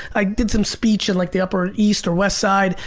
i did some speech in like the upper east or west side,